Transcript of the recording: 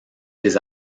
des